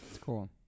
cool